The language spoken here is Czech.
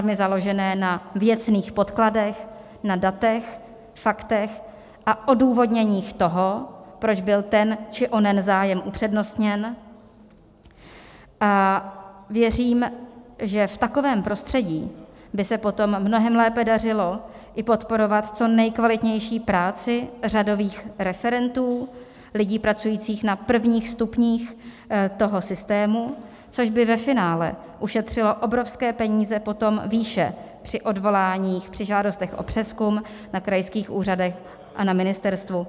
normy založené na věcných podkladech, na datech, faktech a odůvodněních toho, proč byl ten či onen zájem upřednostněn, a věřím, že v takovém prostředí by se potom mnohem lépe dařilo i podporovat co nejkvalitnější práci řadových referentů, lidí pracujících na prvních stupních toho systému, což by ve finále ušetřilo obrovské peníze potom výše při odvoláních, při žádostech o přezkum na krajských úřadech a na ministerstvu.